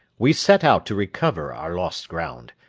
we set out to recover our lost ground,